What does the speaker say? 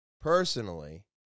personally